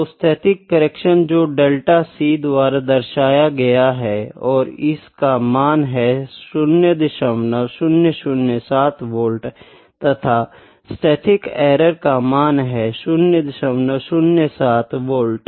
तो स्थैतिक करेक्शन जो डेल्टा c द्वारा दर्शाया गया है और इस का मान है 0007 वाल्ट तथा स्थैतिक एरर का मान है 007 वाल्ट